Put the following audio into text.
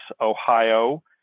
Ohio